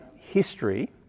history